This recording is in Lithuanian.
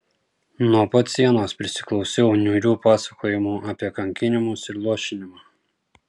nuo pat sienos prisiklausiau niūrių pasakojimų apie kankinimus ir luošinimą